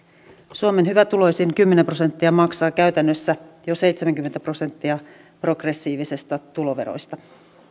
suomen hyvätuloisin kymmenen prosenttia maksaa käytännössä jo seitsemänkymmentä prosenttia progressiivisista tuloveroista